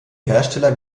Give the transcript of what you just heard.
hersteller